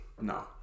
No